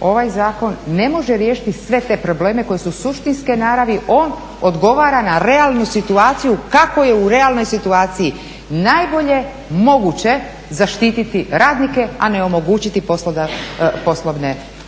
Ovaj zakon ne može riješiti sve te probleme koji su suštinske naravi. On odgovara na realnu situaciju kako je u realnoj situaciji najbolje moguće zaštititi radnike a ne omogućiti poslovne aktivnosti.